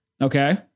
Okay